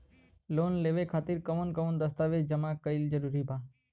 Loan लेवे खातिर कवन कवन दस्तावेज जमा कइल जरूरी बा?